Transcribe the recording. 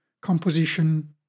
composition